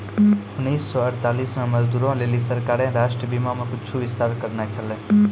उन्नीस सौ अड़तालीस मे मजदूरो लेली सरकारें राष्ट्रीय बीमा मे कुछु विस्तार करने छलै